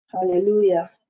Hallelujah